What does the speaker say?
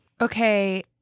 Okay